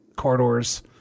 Corridors